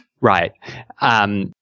Right